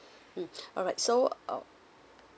mm alright so uh